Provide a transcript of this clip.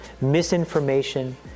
misinformation